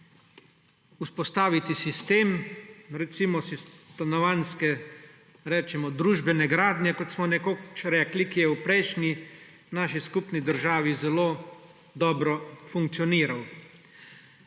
vzpostaviti sistem, recimo stanovanjske družbene gradnje, kot smo nekoč rekli, ki je v prejšnji naši skupni državi zelo dobro funkcioniral.